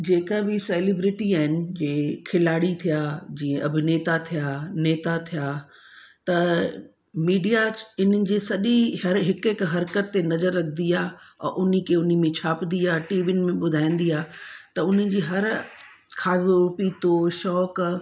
जेका बि सेलीब्रेटी आहिनि जीअं खिलाड़ी थिया जीअं अभिनेता थिया नेता थिया त मीडिया इन्हनि जे सॼी हर हिकु हिकु हर्कत ते नज़र रखंदी आहे और उन खे उन में छापंदी आहे टीवियुनि में ॿुधाईंदी आहे त उन्हनि जी हर खाधो पीतो शौक़ु